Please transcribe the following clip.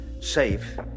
safe